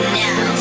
now